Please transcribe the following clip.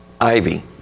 ivy